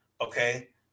Okay